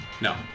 No